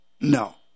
No